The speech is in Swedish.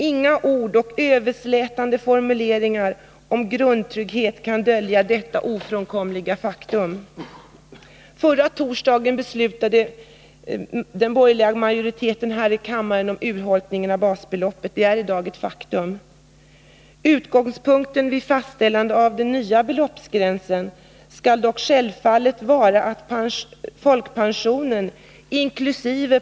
Inga ord och överslätande formuleringar om grundtrygghet kan dölja detta ofrånkomliga faktum. Förra torsdagen beslutade den borgerliga majoriteten här i kammaren om en urholkning av basbeloppet. Det är ett faktum. Utgångspunkten vid fastställande av den nya beloppsgränsen skall dock självfallet vara att folkpensionen inkl.